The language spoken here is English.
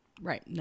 Right